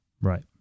right